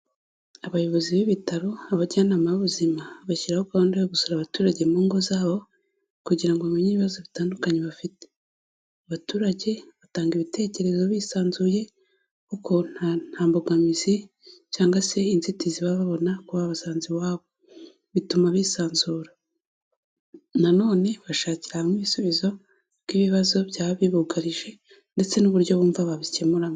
Abayobozi b'ibitaro, abajyanama b'ubuzima bashyiraho gahunda yo gusura abaturage mu ngo zabo kugira ngo bamenye ibibazo bitandukanye bafite. Abaturage batanga ibitekerezo bisanzuye kuko nta nta mbogamizi cyangwa se inzitizi baba babona kuba babasanze iwabo, bituma bisanzura. Nanone bashakira hamwe ibisubizo by'ibibazo byaba bibugarije ndetse n'uburyo bumva babikemuramo.